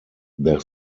their